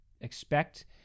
expect